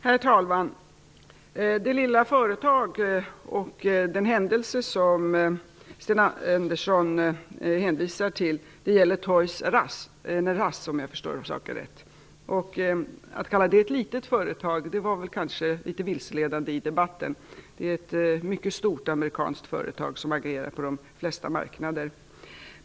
Herr talman! Den händelse som Sten Andersson hänvisar till gäller företaget Toys R Us om jag förstått saken rätt. Att kalla det för ett litet företag var kanske litet vilseledande. Det är ett mycket stort amerikanskt företag som agerar på de flesta marknader.